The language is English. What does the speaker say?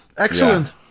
Excellent